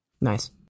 Nice